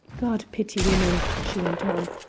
god pity women! she went on.